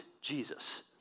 Jesus